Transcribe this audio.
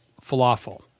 falafel